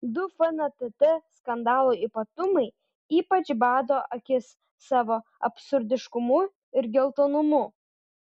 du fntt skandalo ypatumai ypač bado akis savo absurdiškumu ir geltonumu